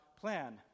plan